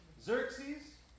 Xerxes